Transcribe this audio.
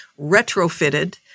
retrofitted